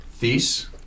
Thies